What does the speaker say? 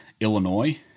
Illinois